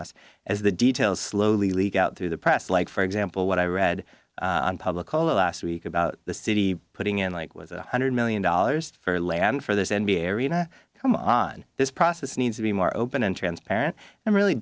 us as the details slowly leak out through the press like for example what i read on public the last week about the city putting in like with one hundred million dollars for les and for this n b a area come on this process needs to be more open and transparent and really